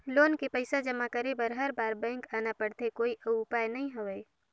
Loan के पईसा जमा करे बर हर बार बैंक आना पड़थे कोई अउ उपाय नइ हवय?